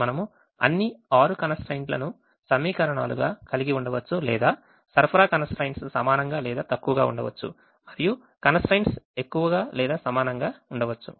మనము అన్ని 6 constraints లను సమీకరణాలు గా కలిగి ఉండవచ్చు లేదా సరఫరా constraints సమానంగా లేదా తక్కువగా ఉండవచ్చు మరియు constraints ఎక్కువగా లేదా సమానంగా ఉండవచ్చు